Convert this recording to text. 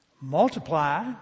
Multiply